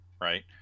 right